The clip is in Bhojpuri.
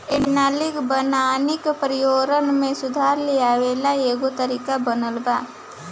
एनालॉग वानिकी पर्यावरण में सुधार लेआवे ला एगो तरीका बनल बा